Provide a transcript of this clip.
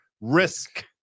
risk